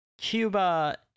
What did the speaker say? Cuba